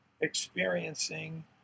experiencing